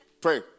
pray